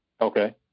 Okay